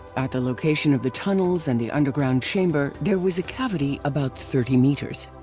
at the location of the tunnels and the underground chamber there was a cavity about thirty meters.